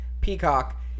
Peacock